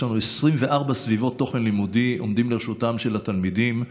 יש לנו 24 סביבות תוכן לימודי שעומדות לרשותם של התלמידים,